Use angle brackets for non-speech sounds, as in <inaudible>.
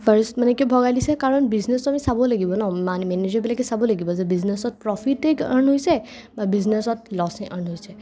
first মানেকে ভগাই দিছে কাৰণ বিজনেচটো আমি চাব লাগিব ন' <unintelligible> মেনেজাৰবিলাকে চাব লাগিব যে বিজনেচত প্ৰফিটিক আৰ্ণ হৈছে বা বিজনেচত ল'চেই আৰ্ণ হৈছে